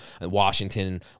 Washington